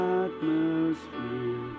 atmosphere